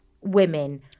women